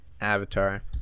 Avatar